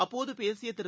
அப்போது பேசிய திரு